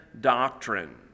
doctrine